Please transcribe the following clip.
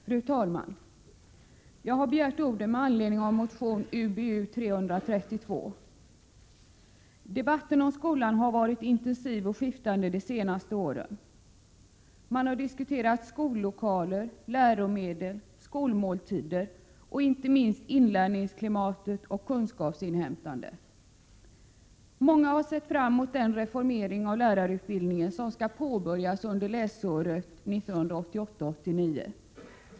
Fru talman! Jag har begärt ordet med anledning av motion Ub332. Debatten om skolan har varit intensiv och skiftande de senaste åren. Man har diskuterat skollokaler, läromedel, skolmåltider och inte minst inlärningsklimatet och kunskapsinhämtandet. Många har sett fram emot den reformering av lärarutbildningen som skall påbörjas under läsåret 1988/89.